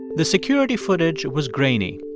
the security footage was grainy.